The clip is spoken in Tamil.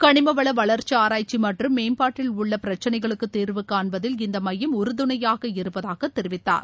களிமவள வளர்ச்சி ஆராய்ச்சி மற்றும் மேம்பாட்டில் உள்ள பிரச்சினைகளுக்கு தீர்வுகாண்பதில் இந்த மையம் உறுதுணையாக இருப்பதாக தெரிவித்தார்